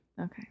okay